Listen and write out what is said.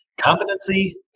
Competency